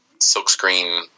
silkscreen